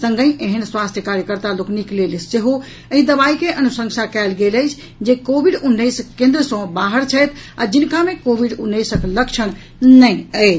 संगहि एहेन स्वास्थ्य कार्यकर्ता लोकनिक लेल सेहो एहि दवाई के अनुसंशा कयल गेल अछि जे कोविड उन्नैस केंद्र सँ बाहर छथि आ जिनका मे कोविड उन्नैसक लक्षण नहि अछि